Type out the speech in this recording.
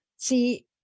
See